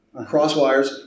Crosswires